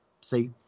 See